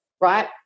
right